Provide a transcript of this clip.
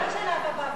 שאלה, מה זה,